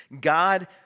God